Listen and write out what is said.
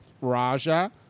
Raja